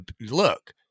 look